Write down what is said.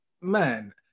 man